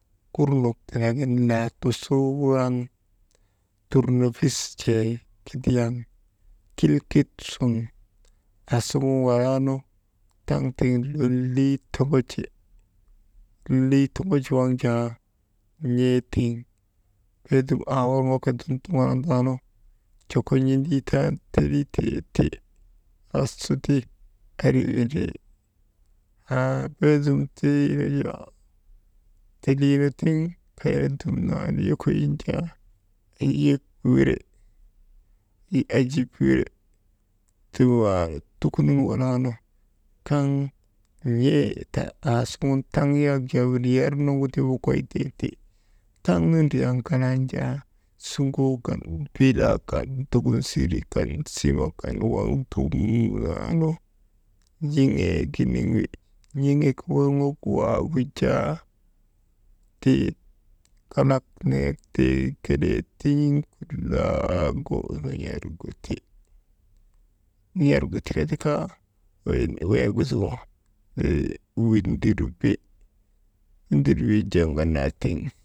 Kurnuk tindagin laatusii wuran turnovisjee kilkit sun aasuŋun walaanu taŋ tiŋ lolii toŋoji, lolii toŋoj waŋ jaa n̰ee tiŋ beedun aaworŋoka dum tuŋonondaa nu joko n̰endii tan telitee ti, asuti andri windri, tukunun walaanu kaŋ n̰eeta aasuŋun taŋ nuguti wokoytee ti, taŋnu ndriyan walan jaa suŋoo kan, bilaa kan, dokunsiirii kan, waŋ dumnaanu n̰iŋeeginiŋ wi, n̰iŋek worŋok waagu jaa kalak net tii kelee tin̰iŋ goonirergu ti.